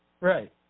Right